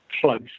close